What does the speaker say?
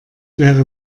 wäre